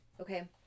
Okay